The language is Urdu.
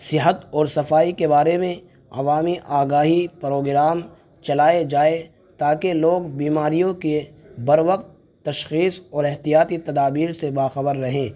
صحت اور صفائی کے بارے میں عوامی آگاہی پروگرام چلائے جائے تاکہ لوگ بیماریوں کے بروقت تشخیص اور احتیاطی تدابیر سے باخبر رہیں